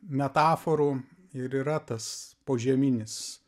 metaforų ir yra tas požeminis